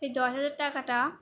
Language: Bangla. সেই দশ হাজার টাকাটা